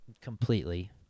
completely